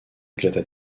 éclata